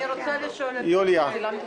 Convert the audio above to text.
אני רוצה לשאול את ארבל.